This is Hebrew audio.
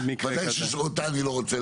ודאי שאותה אני לא רוצה